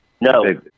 No